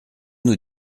nous